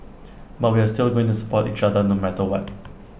but we are still going to support each other no matter what